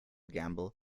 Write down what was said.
gamble